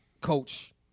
coach